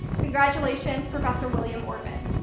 congratulations, professor william ortman.